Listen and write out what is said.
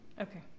Okay